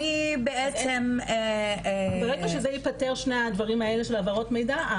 ברגע שזה ייפתר שני הדברים האלה של העברות מידע.